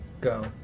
go